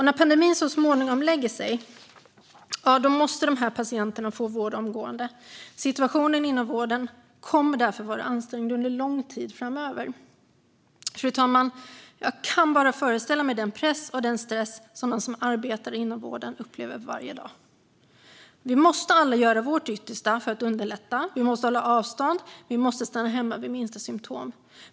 När pandemin så småningom lägger sig måste dessa patienter få vård omgående. Situationen inom vården kommer därför att vara ansträngd under lång tid framöver. Fru talman! Jag kan bara föreställa mig den press och stress som de som arbetar inom vården upplever varje dag. Vi måste därför alla göra vårt yttersta för att underlätta. Vi måste hålla avstånd och stanna hemma vid minsta symtom.